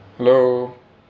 hello